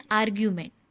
argument